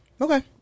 Okay